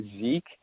Zeke